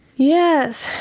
yes.